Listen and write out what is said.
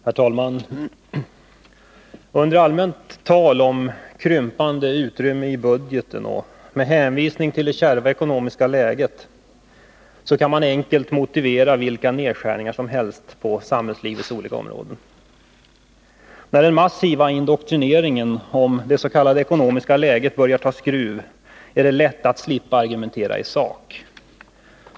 Herr talman! Under allmänt tal om ”krympande utrymme i budgeten” och med hänvisning till ”det kärva ekonomiska läget” kan man enkelt motivera vilka nedskärningar som helst på samhällslivets olika områden. När den massiva indoktrineringen om det s.k. ekonomiska läget börjar ta skruv är det lätt att slippa argumentera i sak.